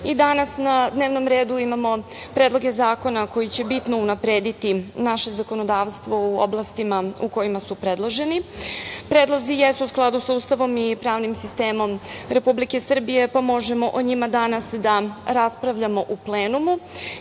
i danas na dnevnom redu imamo predloge zakona koji će bitno unaprediti naše zakonodavstvo u oblastima u kojima su predloženi. Predlozi jesu u skladu sa Ustavom i pravnim sistemom Republike Srbije, pa možemo o njima danas da raspravljamo u plenumu.